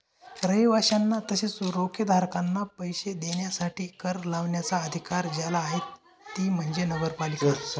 रहिवाशांना तसेच रोखेधारकांना पैसे देण्यासाठी कर लावण्याचा अधिकार ज्याला आहे ती म्हणजे नगरपालिका